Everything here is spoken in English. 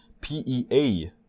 PEA